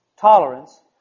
tolerance